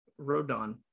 rodon